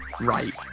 right